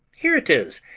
here it is,